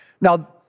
Now